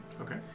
Okay